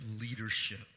leadership